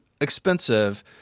expensive